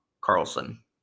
Carlson